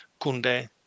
Kunde